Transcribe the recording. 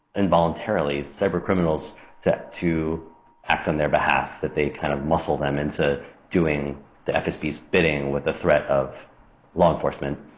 involuntarily, cyber criminals to to act on their behalf. that they kind of muscle them into doing the fsb's bidding with a threat of law enforcement.